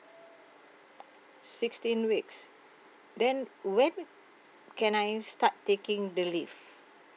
sixteen weeks then when can I start taking the leave